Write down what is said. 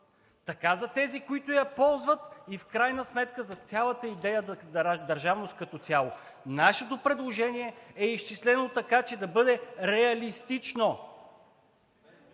така за тези, които я ползват, и в крайна сметка за цялата идея държавност като цяло. Нашето предложение е изчислено така, че да бъде реалистично.